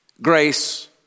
Grace